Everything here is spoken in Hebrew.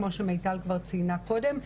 כמו שמיטל כבר ציינה קודם,